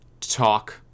talk